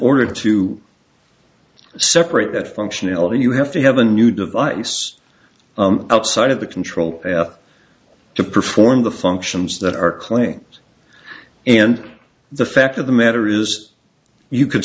order to separate that functionality you have to have a new device outside of the control to perform the functions that are claims and the fact of the matter is you could